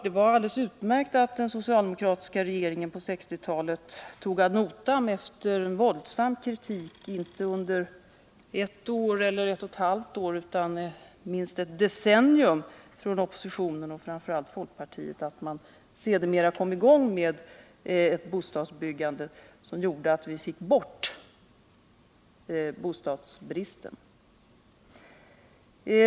Det var alldeles utmärkt att den socialdemokratiska regeringen på 1960-talet efter våldsam kritik under inte bara ett eller ett och ett halvt år, utan minst under ett decennium, från oppositionen och framför allt folkpartiet tog detta ad notam och kom i gång med ett bostadsbyggande som gjorde att vi fick bort bostadsbristen.